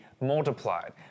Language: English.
multiplied